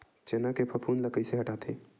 चना के फफूंद ल कइसे हटाथे?